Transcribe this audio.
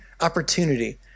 opportunity